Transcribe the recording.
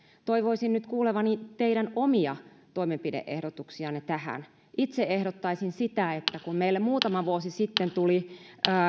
toivoisin nyt kuulevani teidän omia toimenpide ehdotuksianne tähän itse ehdottaisin että kun meille muutama vuosi sitten tuli